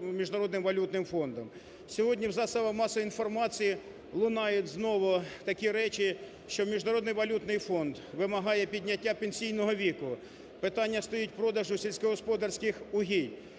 Міжнародним валютним фондом. Сьогодні в засобах масової інформації лунають знову такі речі, що Міжнародний валютний фонд вимагає підняття пенсійного віку, питання стоїть продажу сільськогосподарських угідь.